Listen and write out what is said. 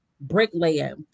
bricklayer